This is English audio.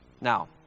Now